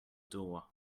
door